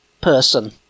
person